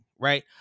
Right